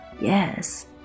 Yes